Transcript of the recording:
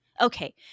Okay